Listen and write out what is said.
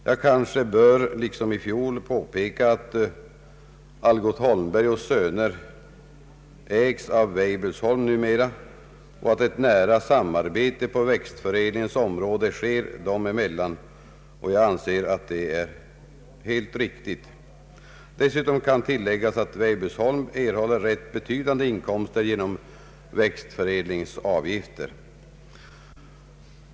Jag bör kanske liksom i fjol påpeka att Algot Holmberg & söner AB numera ägs av Weibullsholm och att ett nära samarbete på växtförädlingens område sker dessa företag emellan. Jag anser detta vara helt riktigt. Dessutom kan det tilläggas att Weibullsholm erhåller rätt betydande inkomster genom växtförädlingsavgifter.